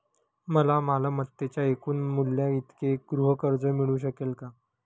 मला मालमत्तेच्या एकूण मूल्याइतके गृहकर्ज मिळू शकेल का?